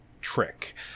trick